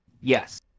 yes